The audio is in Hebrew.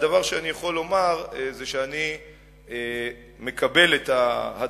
הדבר שאני יכול לומר זה שאני מקבל את ההצעה.